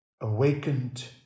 awakened